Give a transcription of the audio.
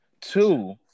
two